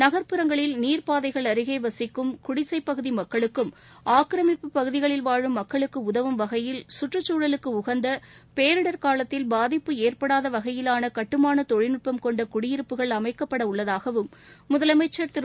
நகர்ப்புறங்களில் நீர் பாதைகள் அருகே வசிக்கும் குடிசை பகுதி மக்களுக்கும் ஆக்கிரமிப்பு பகுதிகளில் வாழும் மக்களுக்கு உதவும் வகையில் கற்றுக்குழலுக்கு உகந்த பேரிடர் காலத்தில் பாதிப்பு ஏற்படாத வகையிலான கட்டுமாள தொழில்நட்பம்கொண்ட குடியிருப்புகள் அமைக்கப்பட உள்ளதாகவும் முதலமைச்ச் திரு